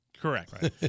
Correct